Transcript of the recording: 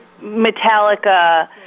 Metallica